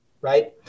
right